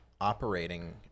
operating